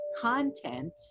content